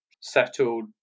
settled